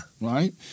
Right